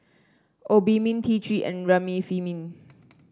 Obimin T Three and Remifemin